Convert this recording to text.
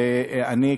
ואני,